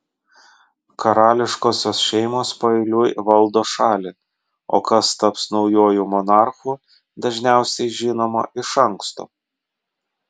karališkosios šeimos paeiliui valdo šalį o kas taps naujuoju monarchu dažniausiai žinoma iš anksto